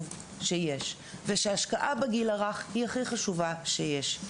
שיש ושההשקעה בגיל הרך היא הדבר הכי חשוב שיש.